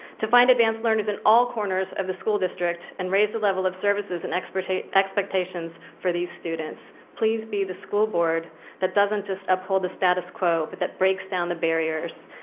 to find advanced learners in all corners of the school district and raise the level of services and expectations expectations for the students. please be the school board that doesn't just uphold the status quo, but the breakdown the barriers,